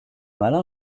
malin